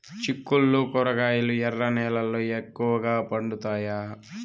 చిక్కుళ్లు కూరగాయలు ఎర్ర నేలల్లో ఎక్కువగా పండుతాయా